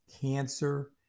cancer